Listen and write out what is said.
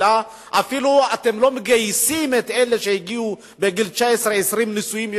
אלא אתם אפילו לא מגייסים את מי שהגיעו בגיל 19 20 נשואים,